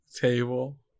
table